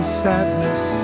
sadness